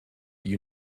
you